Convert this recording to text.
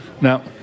Now